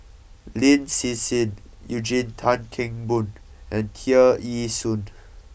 Lin Hsin Hsin Eugene Tan Kheng Boon and Tear Ee Soon